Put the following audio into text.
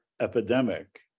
epidemic